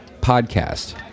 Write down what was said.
podcast